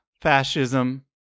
fascism